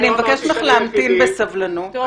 אני מבקשת ממך להמתין בסבלנות.